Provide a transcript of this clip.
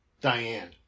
Diane